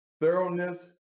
thoroughness